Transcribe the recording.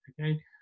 okay